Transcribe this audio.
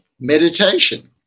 meditation